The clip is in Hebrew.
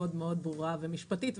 מאוד ברורה ומשפטית,